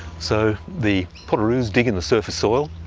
so, the potoroos dig in the surface soil.